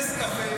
נס קפה,